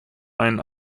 einem